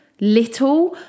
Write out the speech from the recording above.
little